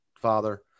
father